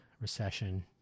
recession